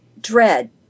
dread